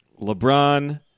LeBron